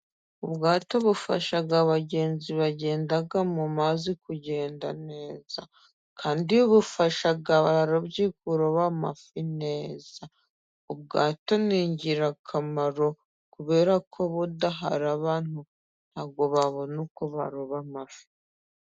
Ubwato bufasha abagenzi, bagenda mu mazi, kugenda neza kandi bufasha abarobyi kuroba amafi neza, ubwato n'ingirakamaro, kubera ko budahari, abantu ntago babona, uko baroba amafi.